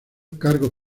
cargos